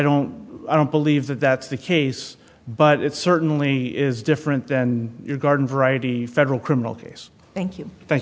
don't i don't believe that that's the case but it certainly is different than your garden variety federal criminal case thank you thank